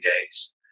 days